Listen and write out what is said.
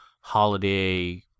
holiday